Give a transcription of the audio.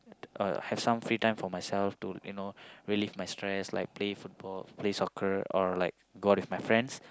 uh have some free time for myself to you know relieve my stress like play football play soccer or like go out with my friends